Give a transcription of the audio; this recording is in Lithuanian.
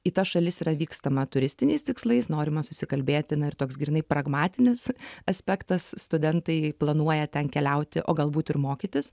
į tas šalis yra vykstama turistiniais tikslais norima susikalbėti na ir toks grynai pragmatinis aspektas studentai planuoja ten keliauti o galbūt ir mokytis